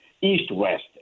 east-west